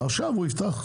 עכשיו הוא יפתח.